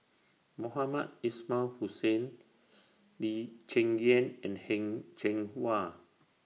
Mohamed Ismail Hussain Lee Cheng Yan and Heng Cheng Hwa